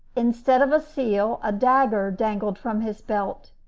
instead of a seal, a dagger dangled from his belt.